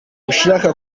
ushaka